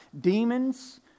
demons